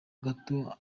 gato